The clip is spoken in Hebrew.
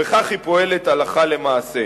וכך היא פועלת הלכה למעשה.